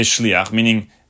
meaning